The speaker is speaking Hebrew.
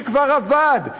שכבר עבד,